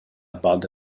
بعض